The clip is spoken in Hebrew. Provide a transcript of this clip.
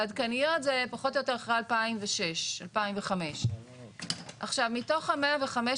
ועדכניות זה פחות או יותר אחרי 2005. מתוך ה-115